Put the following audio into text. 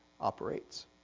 operates